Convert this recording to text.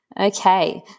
okay